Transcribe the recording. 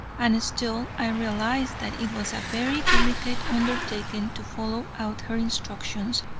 and still i realized that it was a very delicate undertaking to follow out her instructions,